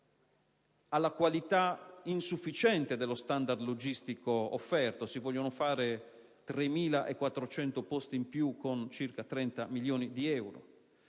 alla qualità, insufficiente, dello standard logistico offerto (si vogliono creare 3.400 posti in più, con circa 30 milioni di euro).